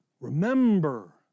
remember